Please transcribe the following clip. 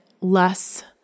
less